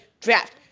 draft